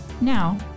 Now